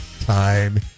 time